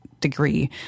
degree